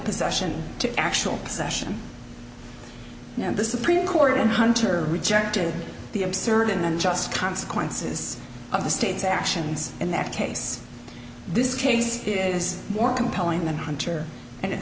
possession to actual possession and this supreme court in hunter rejected the absurd and just consequences of the state's actions in that case this case is more compelling than hunter and it